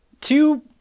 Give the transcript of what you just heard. two